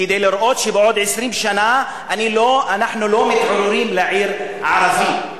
כדי לראות שבעוד 20 שנה אנחנו לא מתעוררים לעיר ערבית".